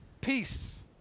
Peace